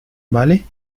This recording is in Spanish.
vale